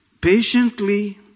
patiently